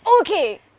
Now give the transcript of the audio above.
okay